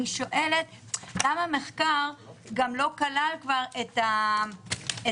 אני שואלת למה המחקר גם לא כלל כבר את הדיפולט,